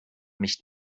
mich